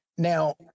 Now